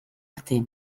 arte